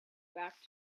back